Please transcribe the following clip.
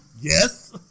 Yes